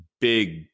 big